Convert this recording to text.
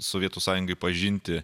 sovietų sąjungai pažinti